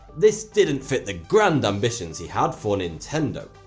this didn't fit the grand ambitions he had for nintendo.